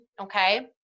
okay